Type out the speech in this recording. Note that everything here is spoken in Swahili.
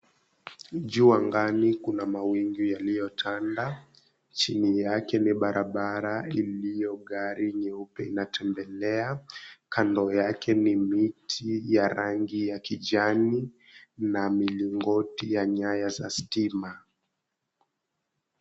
Juu angani kuna mawingu yaliyotanda. Chini yake ni barabara ilyo gari nyeupe inatembelea, kando yake ni miti ya rangi ya kijani na milingoti ya nyaya za stima.